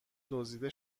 دزدیده